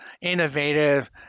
innovative